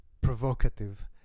provocative